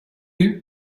you